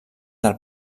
del